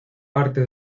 parte